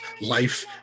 life